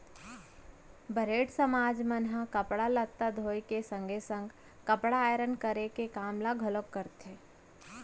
बरेठ समाज मन ह कपड़ा लत्ता धोए के संगे संग कपड़ा आयरन करे के काम ल घलोक करथे